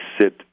sit